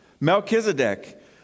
Melchizedek